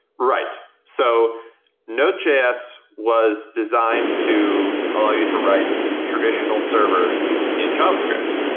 right. so node js was designed to allow you to write traditional servers in javascript.